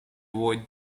avoid